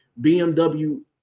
BMW